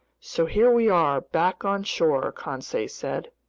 so here we are, back on shore, conseil said.